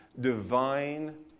divine